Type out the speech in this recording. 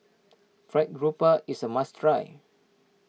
Fried Garoupa is a must try